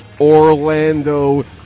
Orlando